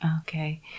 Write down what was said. Okay